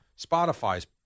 Spotify's